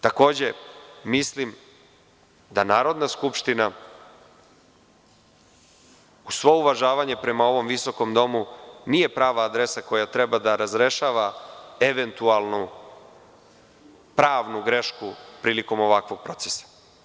Takođe mislim da Narodna skupština uz svo uvažavanje ovom visokom domu nije prava adresa koja treba da razrešava eventualno pravnu grešku prilikom ovakvog procesa.